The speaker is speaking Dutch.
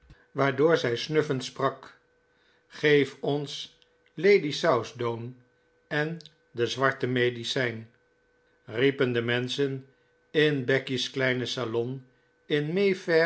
waardoor zij snuffend sprak geef ons lady southdown en de zwarte medicijn riepen de menschen in becky's kleine salon in